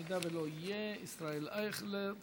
אם לא יהיה, ישראל אייכלר.